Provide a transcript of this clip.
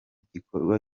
gikorwa